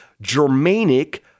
Germanic